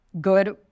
good